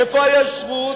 איפה היושרה?